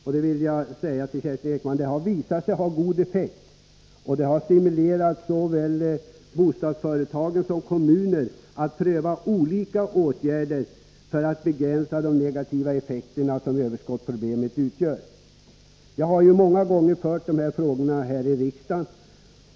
Och jag vill säga till Kerstin Ekman, att de har visat sig ha god effekt och har stimulerat såväl bostadsföretag som kommuner att pröva olika åtgärder för att begränsa de negativa effekterna som överskottsproblemet utgör. Jag har många gånger fört upp dessa frågor här i riksdagen.